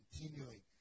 continuing